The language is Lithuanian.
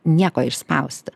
nieko išspausti